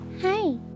Hi